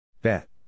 Bet